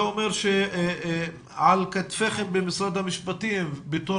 זה אומר שעל כתפיכם במשרד המשפטים בתור